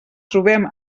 trobem